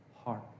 heart